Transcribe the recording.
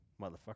motherfucker